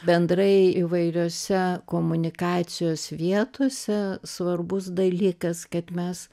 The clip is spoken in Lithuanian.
bendrai įvairiose komunikacijos vietose svarbus dalykas kad mes